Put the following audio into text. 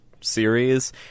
series